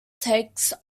takes